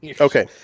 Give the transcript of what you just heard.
Okay